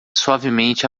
suavemente